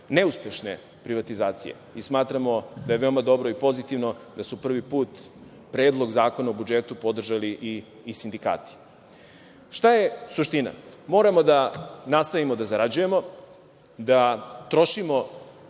neuspešne privatizacije. Smatramo da je veoma dobro i pozitivno da su prvi put Predlog zakona o budžetu podržali i sindikati. Šta je suština? Moramo da nastavimo da zarađujemo, da trošimo